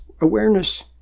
awareness